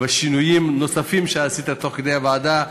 ובשינויים נוספים שעשית תוך כדי בוועדה,